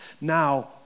now